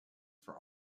for